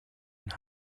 and